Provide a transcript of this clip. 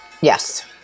Yes